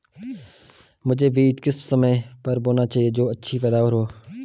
मुझे बीज किस समय पर बोना चाहिए जो अच्छी पैदावार हो?